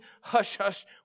hush-hush